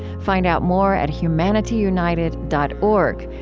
find out more at humanityunited dot org,